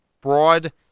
broad